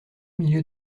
milieu